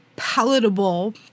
Palatable